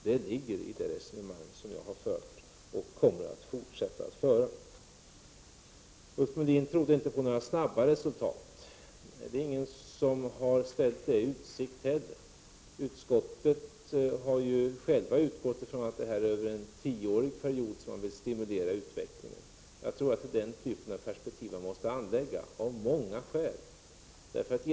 Detta ligger i det resonemang som jag har fört och som jag kommer att fortsätta att föra. Ulf Melin trodde inte på några snabba resultat. Det är inte heller någon som har ställt det i utsikt. Utskottet har utgått från att man vill stimulera utvecklingen under en tioårsperiod. Jag tror att det är den sortens perspektiv som man av många skäl måste anlägga.